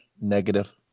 negative